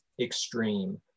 extreme